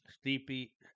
Steepy